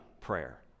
prayer